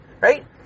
right